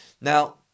Now